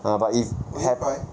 ah but if have